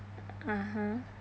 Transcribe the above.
(uh huh)